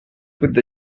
with